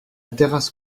terrasse